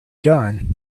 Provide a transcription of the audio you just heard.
gun